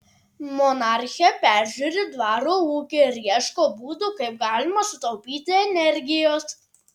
monarchė peržiūri dvaro ūkį ir ieško būdų kaip galima sutaupyti energijos